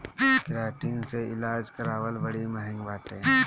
keratin से इलाज करावल बड़ी महँग बाटे